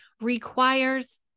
requires